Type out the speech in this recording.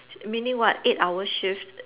meaning what eight hours shift